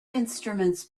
instruments